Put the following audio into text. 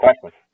question